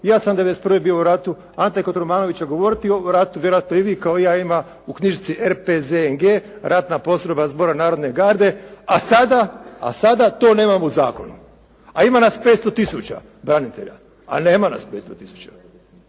ja sam 1991. bio u ratu. Ante Kotromanović će govoriti o ratu. Vjerojatno i vi kao i ja ima u knjižici RPZNG, ratna postrojba Zbora narodne garde, a sada, a sada to nemamo u zakonu. A ima nas 500 tisuća branitelja. Ali nema nas 500